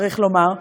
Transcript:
צריך לומר,